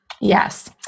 Yes